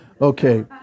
Okay